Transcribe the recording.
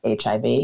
HIV